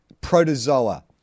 protozoa